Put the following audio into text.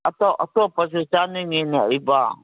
ꯑꯇꯣꯞ ꯑꯇꯣꯞꯄꯖꯨ ꯆꯥꯅꯤꯡꯉꯤꯅꯦ ꯑꯩꯕꯣ